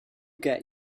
get